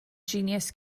genius